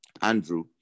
Andrew